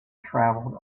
traveled